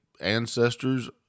ancestors